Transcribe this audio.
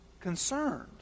concerned